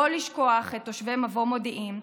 לא לשכוח את תושבי מבוא מודיעים,